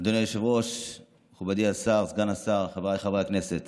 מיקי לוי, איננו, חבר הכנסת